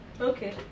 Okay